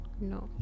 no